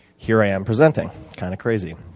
here i am presenting. kind of crazy.